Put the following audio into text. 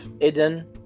Eden